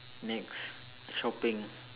next shopping